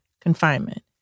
confinement